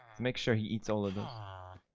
make sure he eats all of them